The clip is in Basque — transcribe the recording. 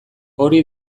hori